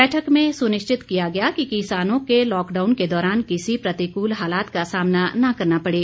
बैठक में सुनिश्चित किया गया कि किसानों को लॉकडाउन के दौरान किसी प्रतिकूल हालात का सामना न करना पड़े